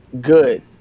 good